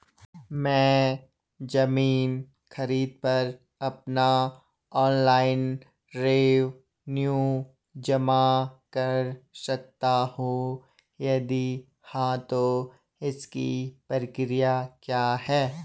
मैं ज़मीन खरीद पर अपना ऑनलाइन रेवन्यू जमा कर सकता हूँ यदि हाँ तो इसकी प्रक्रिया क्या है?